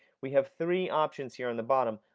we have three options here on the bottom.